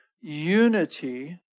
unity